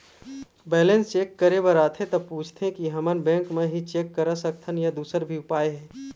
Balance check करे बर आथे ता पूछथें की हमन बैंक मा ही चेक करा सकथन या दुसर भी उपाय हे?